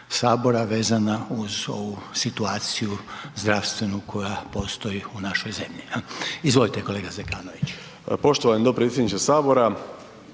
vezana uz ovu situaciju zdravstvenu koja postoji u našoj zemlji. Izvolite kolega Zekanović. **Zekanović, Hrvoje